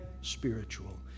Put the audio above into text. spiritual